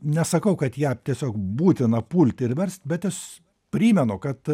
nesakau kad ją tiesiog būtina pult ir verst bet as primenu kad